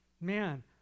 Man